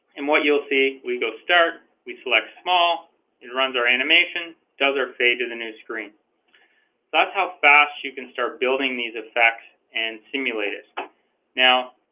and what you'll see we go start we select small it runs our animation does our fade to the new screen so that's how fast you can start building these effects and simulators now